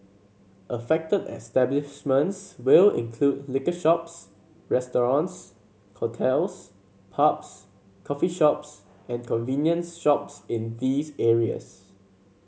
affected establishments will include liquor shops restaurants hotels pubs coffee shops and convenience shops in these areas